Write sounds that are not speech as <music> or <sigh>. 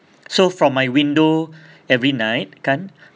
so from my window <breath> every night kan